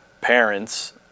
parents